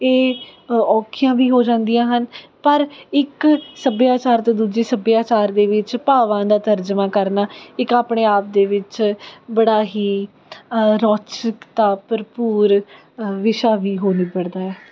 ਇਹ ਔਖੀਆਂ ਵੀ ਹੋ ਜਾਂਦੀਆਂ ਹਨ ਪਰ ਇੱਕ ਸੱਭਿਆਚਾਰ ਅਤੇ ਦੂਜੀ ਸੱਭਿਆਚਾਰ ਦੇ ਵਿੱਚ ਭਾਵਾਂ ਦਾ ਤਰਜਮਾ ਕਰਨਾ ਇੱਕ ਆਪਣੇ ਆਪ ਦੇ ਵਿੱਚ ਬੜਾ ਹੀ ਰੋਚਕਤਾ ਭਰਪੂਰ ਵਿਸ਼ਾ ਵੀ ਹੋ ਨਿਬੜਦਾ ਹੈ